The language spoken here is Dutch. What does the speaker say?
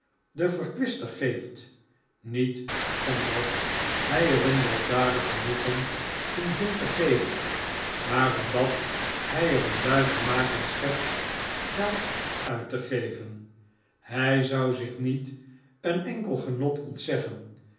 de verkwister geeft niet omdat hij er een weldadig genoegen in vindt te geven maar omdat hij er een lui vermaak in schept geld uit te geven hij zou zich niet een enkel genot ontzeggen